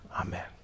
Amen